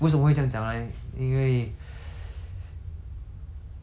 我要突破自己